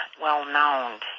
well-known